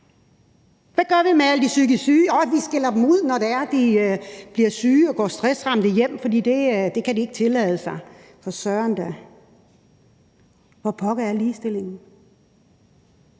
Hvad gør vi med alle de psykisk syge? Årh, vi skælder dem ud, når det er, at de bliver syge og går stressramte hjem, for det kan de ikke tillade sig, for søren da. Hvor pokker er ligestillingen?